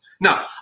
Now